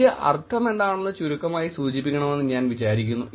അതിന്റെ അർത്ഥമെന്താണെന്ന് ചുരുക്കമായി സൂചിപ്പിക്കണമെന്ന് ഞാൻ വിചാരിച്ചു